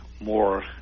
more